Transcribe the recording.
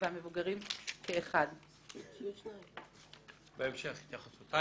והייתי מאוד שמח אם בבוקר כשהיא היתה עולה